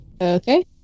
Okay